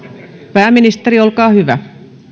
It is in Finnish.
pääministeri olkaa hyvä